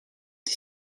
die